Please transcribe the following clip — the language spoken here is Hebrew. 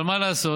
אבל מה לעשות